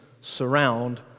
surround